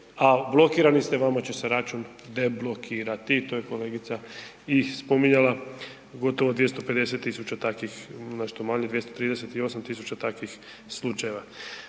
a blokirani ste, vama će se račun deblokirati. To je kolegica i spominjala gotovo 250.000 takvih nešto